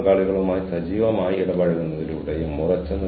എങ്ങനെ ആശയവിനിമയം നടത്തണമെന്ന് എനിക്കറിയണം